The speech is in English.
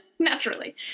Naturally